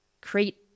Create